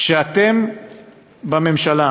כשאתם בממשלה